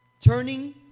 turning